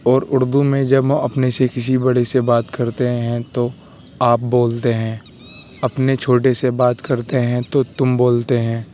اور اردو میں جب اپنے سے کسی بڑے سے بات کرتے ہیں تو آپ بولتے ہیں اپنے چھوٹے سے بات کرتے ہیں تو تم بولتے ہیں